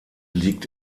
liegt